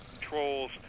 controls